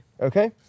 Okay